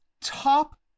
top